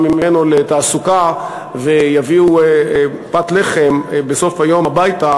ממנו לתעסוקה ויביאו פת לחם בסוף היום הביתה,